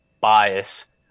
bias